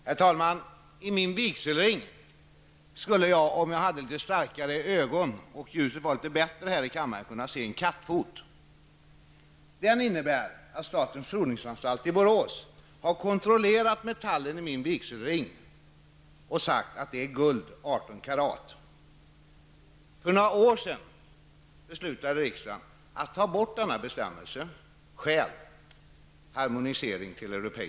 Herr talman! I min vigselring skulle jag om jag hade starkare ögon och om ljuset vore bättre i kammaren kunna se en kattfot. Den innebär att Statens Provningsanstalt i Borås har kontrollerat metallen i min vigselring och sagt att det är 18 karats guld. För några år sedan beslutade riksdagen att ta bort denna bestämmelse om kontroll.